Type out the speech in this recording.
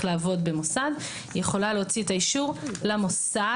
לעבוד במוסד והיא יכולה להוציא את האישור למוסד,